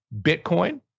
Bitcoin